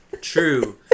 true